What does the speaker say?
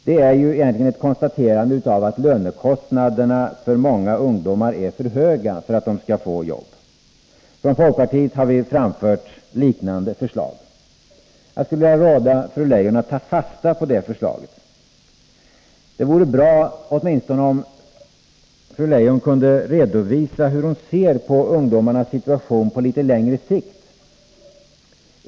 Det är egentligen ett konstaterande av att lönekostnaderna för många ungdomar är för höga för att de skall få jobb. Från folkpartiet har vi framfört liknande förslag. Jag skulle vilja råda fru Leijon att ta fasta på det förslaget. Det vore bra om fru Leijon åtminstone kunde redovisa hur hon ser på ungdomarnas situation på litet längre sikt.